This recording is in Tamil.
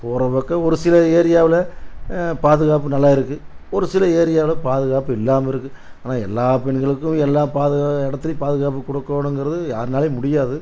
ஒரு பக்கம் ஒரு சில ஏரியாவில் பாதுகாப்பு நல்லா இருக்குது ஒரு சில ஏரியாவில் பாதுகாப்பு இல்லாமல் இருக்குது ஆனால் எல்லா பெண்களுக்கும் எல்லா பாதுகா இடத்துலியும் பாதுகாப்பு கொடுக்கோணுங்கிறது யார்னாலேயும் முடியாது